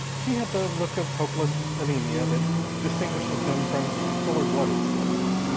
she had the look of hopeless anemia that distinguishes them from fuller blooded sorts.